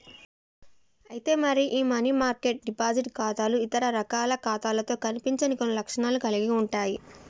అయితే మరి ఈ మనీ మార్కెట్ డిపాజిట్ ఖాతాలు ఇతర రకాల ఖాతాలతో కనిపించని కొన్ని లక్షణాలను కలిగి ఉంటాయి